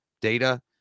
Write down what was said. data